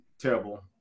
terrible